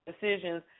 decisions